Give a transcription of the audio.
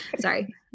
Sorry